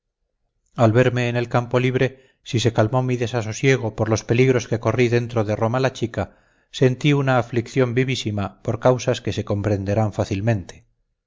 al verme en el campo libre si se calmó mi desasosiego por los peligros que corrí dentro deroma la chica sentí una aflicción vivísima por causas que se comprenderán fácilmente